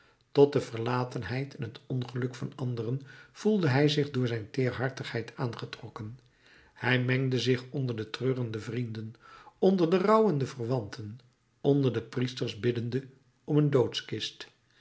tot de verlatenheid en het ongeluk van anderen voelde hij zich door zijn teerhartigheid aangetrokken hij mengde zich onder de treurende vrienden onder de rouwende verwanten onder de priesters biddende om een doodkist